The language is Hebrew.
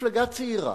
מפלגה צעירה,